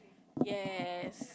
yes